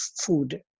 food